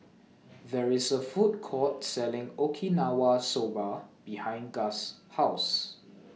There IS A Food Court Selling Okinawa Soba behind Gus' House